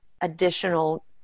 additional